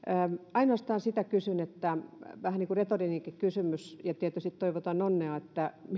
ainoastaan sitä kysyn vähän niin kuin retorinenkin kysymys ja tietysti toivotan onnea